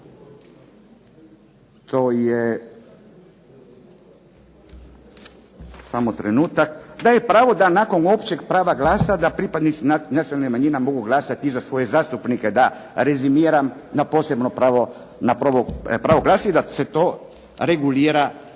to je samo trenutak, da nakon općeg prava glasa da pripadnici nacionalnih manjina mogu glasati i za svoje zastupnike da rezimiram na posebno pravo, na pravo glasa i da se to regulira